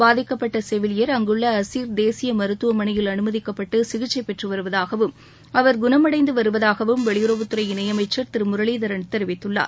பாதிக்கப்பட்ட செவிலியர் அங்குள்ள அசிர் தேசிய மருத்துவமனையில் அனுமதிக்கப்பட்டு சிகிச்சை பெற்று வருவதாகவும் அவர் குணமடைந்து வருவதாகவும் வெளியுறவுத்துறை இணையமைச்சர் திரு விட் முரளிதரன் தெரிவித்துள்ளார்